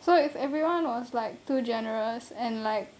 so if everyone was like too generous and like